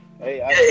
Hey